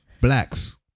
blacks